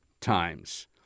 times